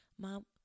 mom